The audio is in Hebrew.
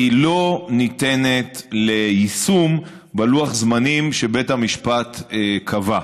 לא ניתנת ליישום בלוח הזמנים שבית המשפט קבע.